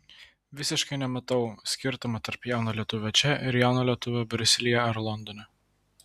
visiškai nematau skirtumo tarp jauno lietuvio čia ir jauno lietuvio briuselyje ar londone